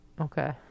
okay